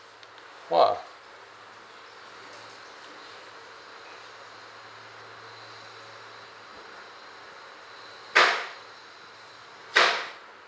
!whoa!